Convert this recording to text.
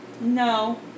No